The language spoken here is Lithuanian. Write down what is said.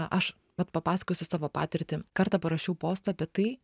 aš vat papasakosiu savo patirtį kartą parašiau postą apie tai